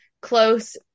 Close